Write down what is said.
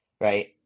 Right